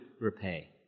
repay